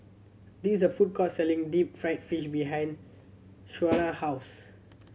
this the food court selling deep fried fish behind Shona house